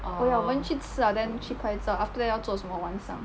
oh ya 我们去吃 liao then 去拍照 after that 要做什么晚上